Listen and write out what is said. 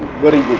woody